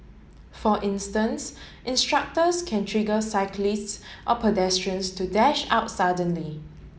for instance instructors can trigger cyclists or pedestrians to dash out suddenly